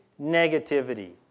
negativity